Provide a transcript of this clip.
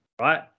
right